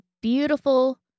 beautiful